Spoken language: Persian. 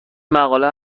مقاله